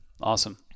Awesome